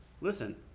listen